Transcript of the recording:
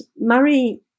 Murray